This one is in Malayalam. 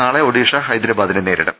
നാളെ ഒഡീഷ ഹൈദ്ദരബാദിനെ നേരിടും